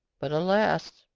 but, alas!